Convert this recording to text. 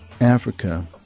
Africa